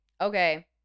okay